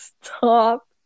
stop